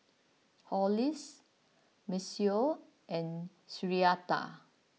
Hollis Maceo and Syreeta